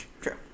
True